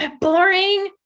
boring